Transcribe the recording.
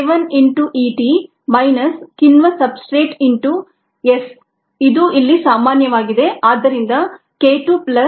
K1 into E t minus ಕಿಣ್ವ substrate into E S ಇದು ಇಲ್ಲಿ ಸಾಮಾನ್ಯವಾಗಿದೆ ಆದ್ದರಿಂದ k 2 plus k 3 into E S